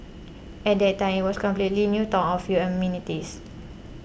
at that time it was a completely new town of a few amenities